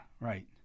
right